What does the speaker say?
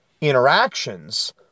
interactions